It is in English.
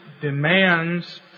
demands